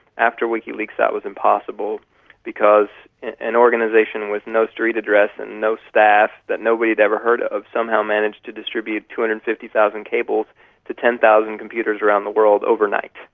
after wikileaks that was impossible because an organisation with no street address and no staff that nobody had ever heard of somehow managed to distribute two hundred and fifty thousand cables to ten thousand computers around the world overnight.